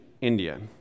India